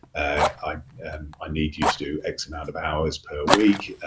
i ah need you to do x amount of hours per week,